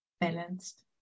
balanced